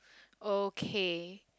okay